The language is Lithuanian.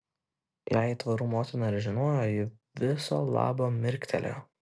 jei aitvarų motina ir žinojo ji viso labo mirktelėjo